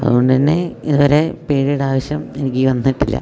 അതുകൊണ്ടുതന്നെ ഇതുവരെ പേടിയുടെ ആവശ്യം എനിക്കു വന്നിട്ടില്ല